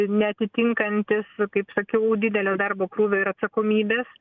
neatitinkantis kaip sakiau didelio darbo krūvio ir atsakomybės